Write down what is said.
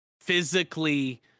physically